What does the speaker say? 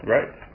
Right